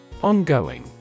Ongoing